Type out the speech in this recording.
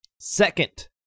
Second